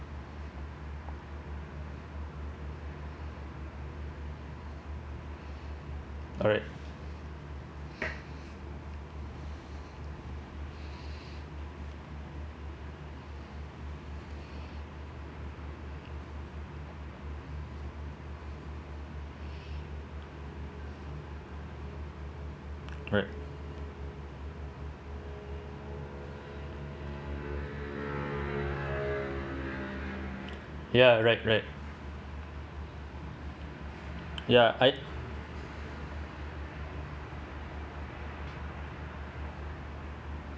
alright right ya right right ya I